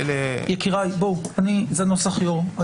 יקיריי, זה נוסח יו"ר.